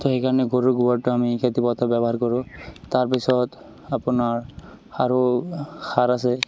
তো সেইকাৰণে গৰুৰ গোবৰটো আমি খেতিপথাৰত ব্যৱহাৰ কৰোঁ তাৰপিছত আপোনাৰ আৰু সাৰ আছে